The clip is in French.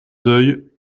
deuil